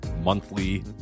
monthly